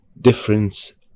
difference